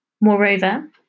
Moreover